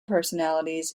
personalities